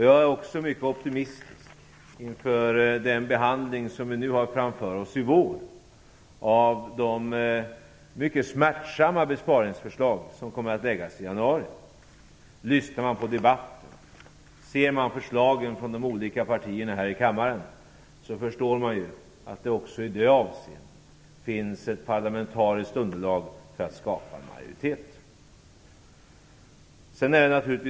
Jag är också mycket optimistisk inför den behandling som vi har framför oss i vår av de mycket smärtsamma besparingsförslag som kommer att läggas fram i januari. Lyssnar man på debatten och ser förslagen från de olika partierna här i kammaren förstår man att det också i det avseendet finns parlamentariskt underlag för att skapa en majoritet.